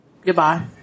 Goodbye